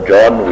John